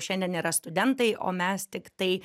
šiandien yra studentai o mes tiktai